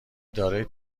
دارای